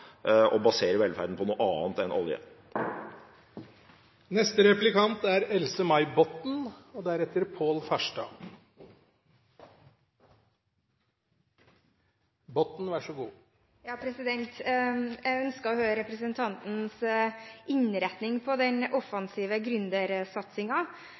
å basere velferden på noe annet enn olje. Jeg ønsker å høre om representantens innretning på den